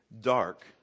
Dark